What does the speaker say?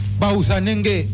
bausanenge